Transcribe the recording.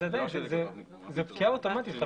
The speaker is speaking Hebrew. זאת פקיעה אוטומטית.